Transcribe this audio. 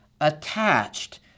attached